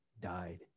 died